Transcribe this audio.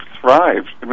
thrived